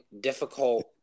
difficult